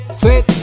sweet